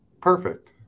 perfect